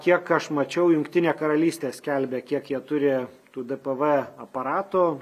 kiek aš mačiau jungtinė karalystė skelbė kiek jie turi tų dpv aparatų